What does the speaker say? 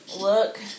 look